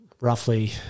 roughly